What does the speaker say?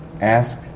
ask